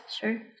sure